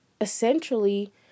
essentially